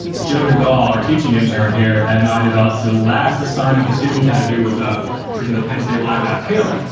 joe degol our teaching intern here and i developed the last assignment the students had to do was a version of the penn state live app. kaylyn!